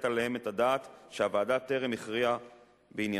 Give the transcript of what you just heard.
עליהם את הדעת והוועדה טרם הכריעה בעניינם.